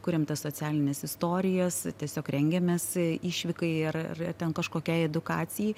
kuriam tas socialines istorijas tiesiog rengiamės išvykai ar ar ten kažkokiai edukacijai